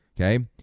Okay